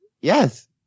Yes